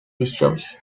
bishops